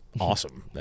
awesome